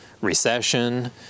recession